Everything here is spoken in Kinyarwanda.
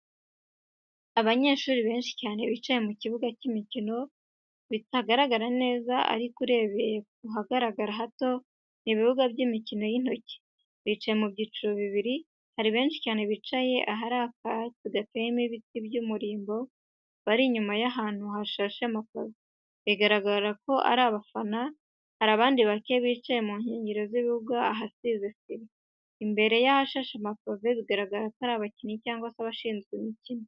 Abanyeshuri benshi cyane bicaye ku bibuga by'imikino bitagaragara neza ariko urebeye ku hagaragara hato ni ibibuga by'imikino y'intoki. Bicaye mu byiciro bibiri, hari benshi cyane bicaye ahari akanyatsi gateyemo ibiti by'umurimbo, bari inyuma y'ahantu hashashe amapave, bigaragara ko ari abafana. Hari n'abandi bake, bicaye mu nkengero z'ibibuga ahasize sima, imbere y'ahashashe amapave, bigaragara ko ari abakinnyi cyangwa abashinzwe imikino.